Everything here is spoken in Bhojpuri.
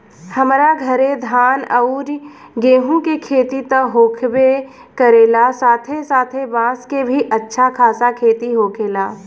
हमरा घरे धान अउरी गेंहू के खेती त होखबे करेला साथे साथे बांस के भी अच्छा खासा खेती होखेला